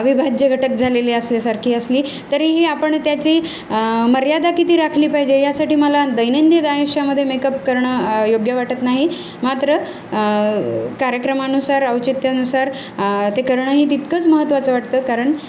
अविभाज्य घटक झालेली असल्यासारखी असली तरीही आपण त्याची मर्यादा किती राखली पाहिजे यासाठी मला दैनंदिन आयुष्यामधे मेकअप करणं योग्य वाटत नाही मात्र कार्यक्रमानुसार औचित्यानुसार ते करणंही तितकंच महत्त्वाचं वाटतं कारण